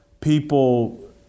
People